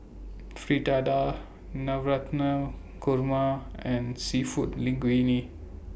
Fritada Navratan Korma and Seafood Linguine